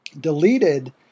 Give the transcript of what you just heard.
deleted